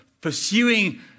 pursuing